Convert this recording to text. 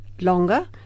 longer